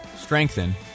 strengthen